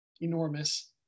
enormous